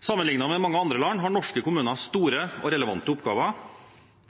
Sammenlignet med mange andre land har norske kommuner store og relevante oppgaver.